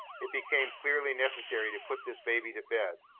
it became clearly necessary to put this baby to bed.